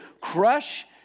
crush